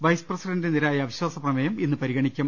vice പ്രസിഡന്റിനെതിരായ അവിശ്ചാസ പ്രമേയം ഇന്ന് പരി ഗണിക്കും